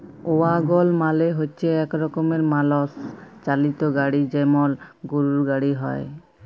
ওয়াগল মালে হচ্যে এক রকমের মালষ চালিত গাড়ি যেমল গরুর গাড়ি হ্যয়